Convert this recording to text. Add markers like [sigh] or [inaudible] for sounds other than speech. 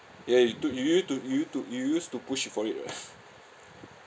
ya you to you u~ to you u~ to you used to push for it [what] [laughs]